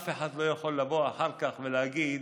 אף אחד לא יכול לבוא אחר כך ולהגיד